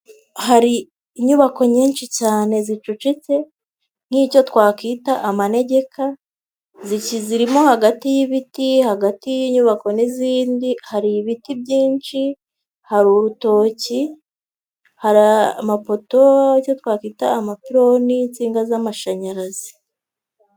Hari inyubako nyinshi cyane zicucitse nk'icyo twakwita amanegeka, zirimo hagati y'ibiti, hagati y'inyubako n'izindi hari ibiti byinshi, hari urutoki, hari amapoto, icyo twakwita amapironi y'insinga z'amashanyarazi.